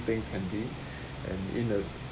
things can be and in uh